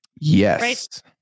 Yes